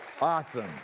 Awesome